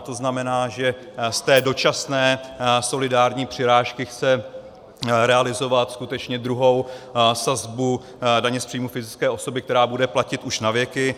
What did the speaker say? To znamená, že z té dočasné solidární přirážky chce realizovat skutečně druhou sazbu daně z příjmů fyzické osoby, která bude platit už na věky.